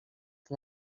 que